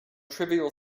trivial